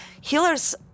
healers